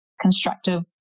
constructive